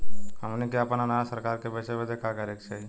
हमनी के आपन अनाज सरकार के बेचे बदे का करे के चाही?